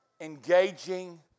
engaging